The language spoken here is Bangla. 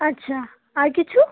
আচ্ছা আর কিছু